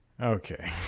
Okay